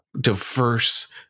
diverse